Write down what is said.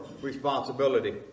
responsibility